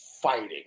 fighting